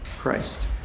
Christ